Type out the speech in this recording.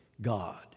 God